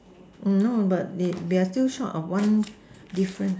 um no but they they are still short of one difference